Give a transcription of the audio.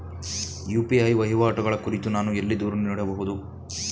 UPI ವಹಿವಾಟುಗಳ ಕುರಿತು ನಾನು ಎಲ್ಲಿ ದೂರು ನೀಡಬಹುದು?